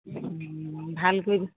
ভাল কৰি দিব